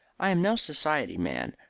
i am no society man.